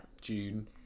June